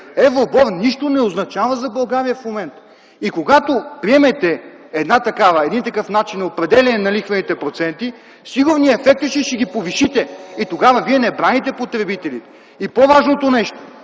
Евробор нищо не означава за България в момента. И когато приемете такъв начин на определяне на лихвените проценти, сигурният ефект е, че ще ги повишите. Така Вие не браните потребителите. И по-важното нещо...